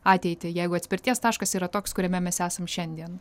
ateitį jeigu atspirties taškas yra toks kuriame mes esam šiandien